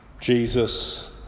Jesus